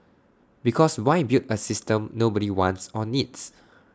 because why build A system nobody wants or needs